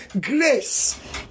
grace